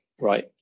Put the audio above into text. right